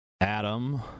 Adam